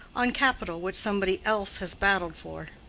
on capital which somebody else has battled for.